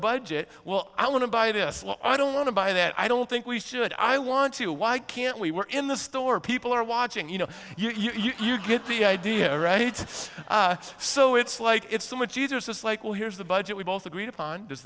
budget well i want to buy this i don't want to buy that i don't think we should i want to why can't we were in the store people are watching you know you're you get the idea right it's so it's like it's so much users it's like well here's the budget we both agreed upon does